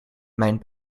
mijn